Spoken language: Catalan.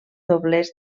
doblers